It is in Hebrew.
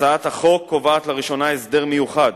הצעת החוק קובעת לראשונה הסדר מיוחד